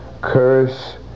curse